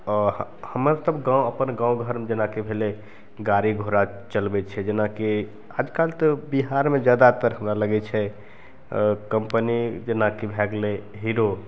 हमर तब अपन गाम घरमे जेनाकि भेलै गाड़ी घोड़ा चलबै छै जेनाकि आजकल तऽ बिहारमे जादातर हमरा लगै छै कम्पनी जेनाकि भै गेलै हीरो